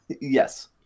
Yes